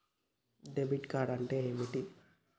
Debit card అంటే ఏంటిది?